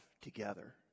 together